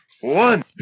One